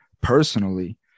personally